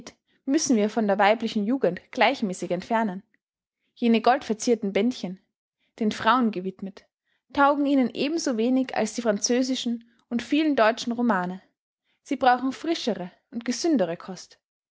müssen wir von der weiblichen jugend gleichmäßig entfernen jene goldverzierten bändchen den frauen gewidmet taugen ihnen ebenso wenig als die französischen und viele deutsche romane sie brauchen frischere und gesündere kost